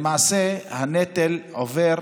למעשה, הנטל עובר,